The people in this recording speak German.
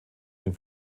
den